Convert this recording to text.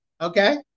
okay